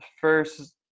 first